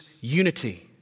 unity